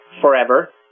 forever